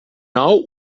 nou